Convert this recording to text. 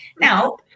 Now